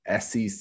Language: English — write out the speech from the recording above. SEC